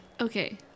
Okay